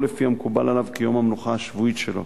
הכול לפי המקובל עליו כיום המנוחה השבועית שלו.